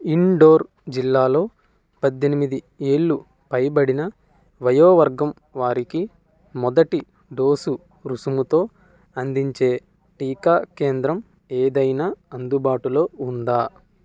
indoor జిల్లాలో పద్దెనిమిది ఏళ్లు పైబడిన వయోవర్గం వారికి మొదటి డోసు రుసుముతో అందించే టీకా కేంద్రం ఏదైనా అందుబాటులో ఉందా